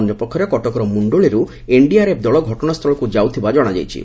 ଅନ୍ୟପକ୍ଷରେ କଟକର ମୁଣ୍ଡୁଳିରୁ ଏନ୍ଡିଆର୍ଏଫ୍ ଦଳ ଘଟଣାସ୍ଥଳକୁ ଯାଉଥିବା ଜଶାଯାଇଛି